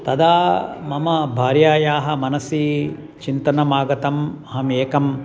तदा मम भार्यायाः मनसी चिन्तनमागतम् अहमेकं